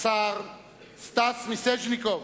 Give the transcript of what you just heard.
השר סטס מיסז'ניקוב,